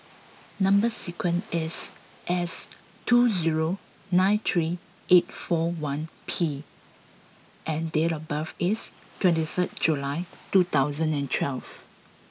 number sequence is S zero two nine three eight four one P and date of birth is twenty three July two thousand and twelve